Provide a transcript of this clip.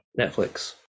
netflix